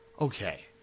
Okay